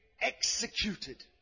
executed